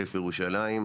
לעוטף ירושלים,